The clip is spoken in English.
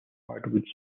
hardwood